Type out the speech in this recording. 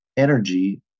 Energy